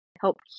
help